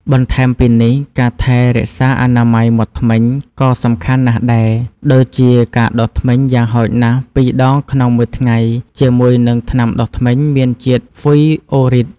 បន្ថែមពីនេះ ការថែរក្សាអនាម័យមាត់ធ្មេញក៏សំខាន់ណាស់ដែរ ដូចជាការដុសធ្មេញយ៉ាងហោចណាស់ពីរដងក្នុងមួយថ្ងៃជាមួយនឹងថ្នាំដុសធ្មេញមានជាតិហ្វ្លុយអូរីត។